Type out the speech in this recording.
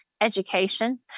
education